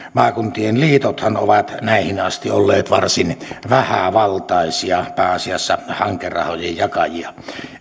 maakuntien liitothan ovat tähän asti olleet varsin vähävaltaisia pääasiassa hankerahojen jakajia